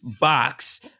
box